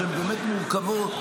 שהן באמת מורכבות,